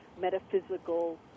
metaphysical